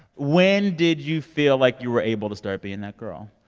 when did you feel like you were able to start being that girl?